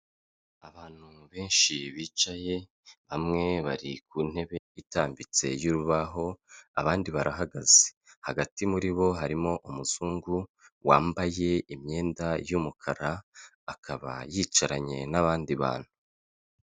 Abantu benshi bicaye hamwe, bari ku ntebe itambitse y'urubaho, abandi barahagaze, hagati muri bo harimo umuzungu, wambaye imyenda y'umukara, akaba yicaranye n'abandi bantu.